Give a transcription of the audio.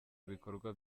ibikorwa